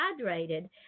hydrated